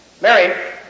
Mary